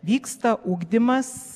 vyksta ugdymas